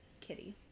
Kitty